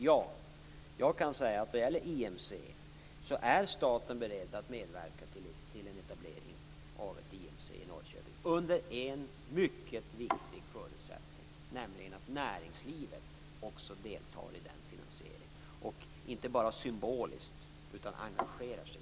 Ja, staten är under en mycket viktig förutsättning beredd att medverka till en etablering av IMC i Norrköping, nämligen att också näringslivet deltar i den finansieringen. Det skall inte bara vara symboliskt utan med engagemang.